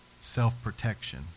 self-protection